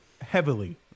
heavily